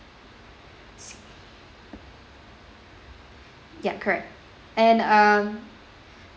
ya correct and uh